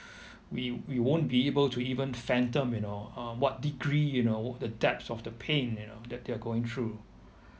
we we won't be able to even phantom you know uh what degree you know the depths of the pain you know that they are going through